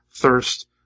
thirst